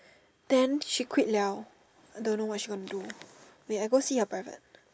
then she quit liao I don't know she want to go wait I'll go and see her private